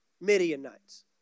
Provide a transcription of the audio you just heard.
Midianites